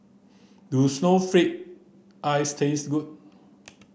does snowflake ice taste good